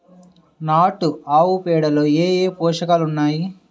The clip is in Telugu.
నాటు ఆవుపేడలో ఏ ఏ పోషకాలు ఉన్నాయి?